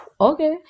okay